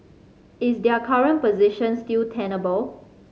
is their current position still tenable